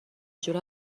جوره